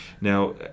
Now